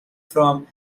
from